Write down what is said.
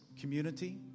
community